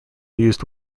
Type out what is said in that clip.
used